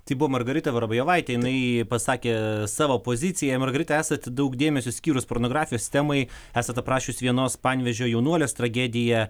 tai buvo margarita vorobjovaitė jinai pasakė savo poziciją margarita esate daug dėmesio skyrus pornografijos temai esat aprašius vienos panevėžio jaunuolės tragediją